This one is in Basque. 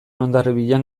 hondarribian